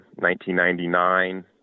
1999